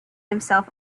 himself